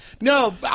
No